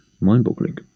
mind-boggling